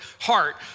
Heart